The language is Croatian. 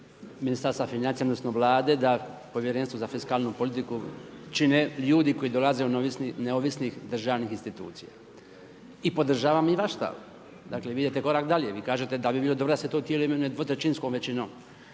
Ministarstva financija odnosno Vlade da Povjerenstvo za fiskalnu politiku čine ljudi koji dolaze od neovisnih državnih institucija. I podržavam i vaš stav. Dakle vi idete korak dalje. Vi kažete da bi bilo dobro da se to tijelo imenuje dvotrećinskom većinom.